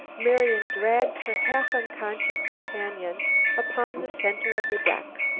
marian dragged her half-unconscious companion upon the center of the deck.